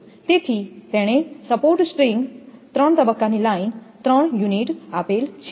તેથી તેણે support suspension string ત્રણ તબક્કાની લાઇન ત્રણ યુનિટ આપેલ છે